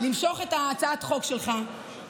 למשוך את הצעת החוק שלך,